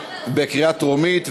התשע"ה 2015,